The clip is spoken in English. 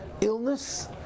illness